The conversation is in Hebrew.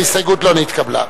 ההסתייגות לא נתקבלה.